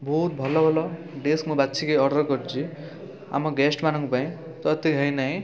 ବହୁତ ଭଲ ଭଲ ଡିସ୍ ମୁଁ ବାଛିକି ଅର୍ଡ଼ର୍ କରିଛି ଆମ ଗେଷ୍ଟ୍ମାନଙ୍କ ପାଇଁ ଯଦି ହେଇ ନାହିଁ